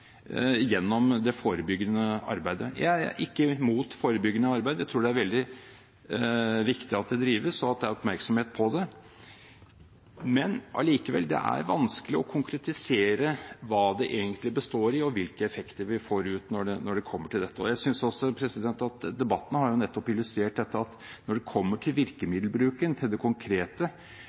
gjennom det forebyggende arbeidet. Jeg er ikke imot forebyggende arbeid, jeg tror det er veldig viktig at det drives, og at det er oppmerksomhet på det, men allikevel, det er vanskelig å konkretisere hva det egentlig består i, og hvilke effekter vi får ut når det kommer til dette. Jeg synes debatten har nettopp illustrert dette, at når det kommer til virkemiddelbruken, til det konkrete,